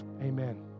Amen